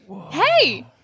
Hey